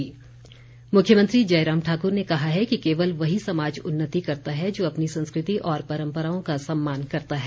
मुख्यमंत्री मुख्यमंत्री जयराम ठाकुर ने कहा है कि केवल वही समाज उन्नति करता है जो अपनी संस्कृति और परम्पराओं का सम्मान करता है